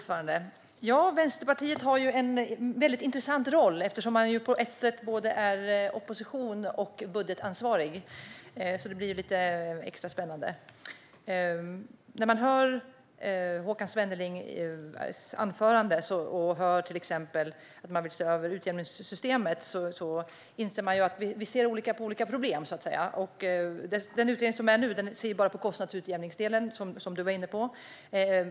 Fru talman! Vänsterpartiet har en intressant roll. Partiet är både opposition och budgetansvarigt. Det blir lite extra spännande. Håkan Svenneling framförde i sitt anförande att Vänsterpartiet vill se över utjämningssystemet. Då inser man att vi ser olika på olika problem. Den utredning som finns nu ser bara på kostnadsutjämningsdelen, som Håkan Svenneling var inne på.